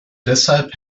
deshalb